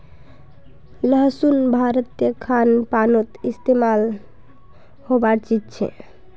लहसुन भारतीय खान पानोत इस्तेमाल होबार चीज छे